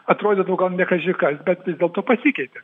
atrodytų gal ne kaži kas bet vis dėlto pasikeitė